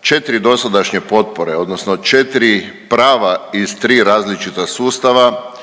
4 dosadašnje potpore odnosno 4 prava iz 3 različita sustava,